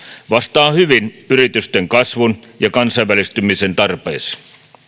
vastaa hyvin yritysten kasvun ja kansainvälistymisen tarpeisiin